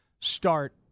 start